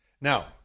Now